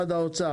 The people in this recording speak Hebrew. במשכנתאות,